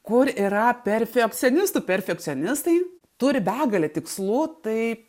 kur yra perfekcionistų perfekcionistai turi begalę tikslų tai